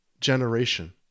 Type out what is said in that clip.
generation